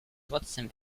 trotzdem